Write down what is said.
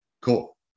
Cool